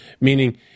meaning